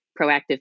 proactive